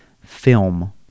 film